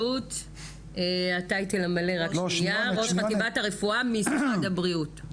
דר' הגר מזרחי, ראש חטיבת הרפואה, משרד הבריאות.